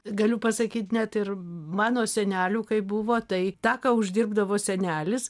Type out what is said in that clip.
galiu pasakyt net ir mano senelių kai buvo tai tą ką uždirbdavo senelis